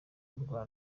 urwa